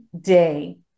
day